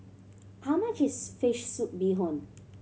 how much is fish soup bee hoon